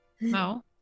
No